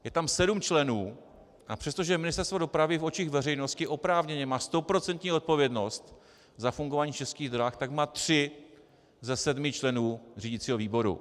Je tam sedm členů, a přestože Ministerstvo dopravy v očích veřejnosti oprávněně má stoprocentní odpovědnost za fungování Českých drah, tak má tři ze sedmi členů řídicího výboru.